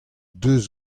deus